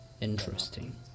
interesting